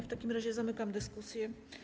W takim razie zamykam dyskusję.